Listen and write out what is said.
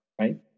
right